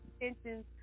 intentions